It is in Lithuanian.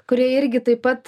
kurie irgi taip pat